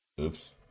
Oops